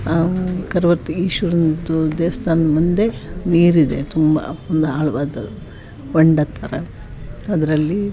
ಆ ಕರವರ್ತಿ ಈಶ್ವರದ್ದು ದೇವ್ಸ್ಥಾನದ ಮುಂದೆ ನೀರಿದೆ ತುಂಬ ಫುಲ್ ಆಳವಾದ ಹೊಂಡದ ಥರ ಅದರಲ್ಲಿ